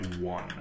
one